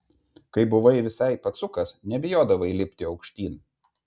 kai buvai visai pacukas nebijodavai lipti aukštyn